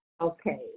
Okay